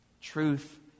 Truth